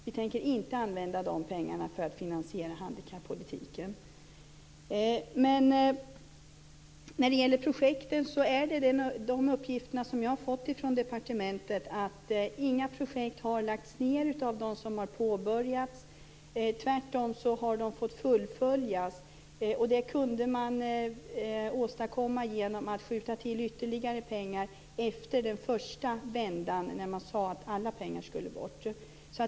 Vi tänker inte använda de pengarna för att finansiera handikappolitiken. Enligt de uppgifter jag har fått från departementet har inga projekt lagts ned av dem som har påbörjats. Tvärtom har de fått fullföljas. Det kunde man åstadkomma genom att skjuta till ytterligare pengar efter den första vändan, när man sade att alla pengar skulle bort.